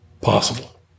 possible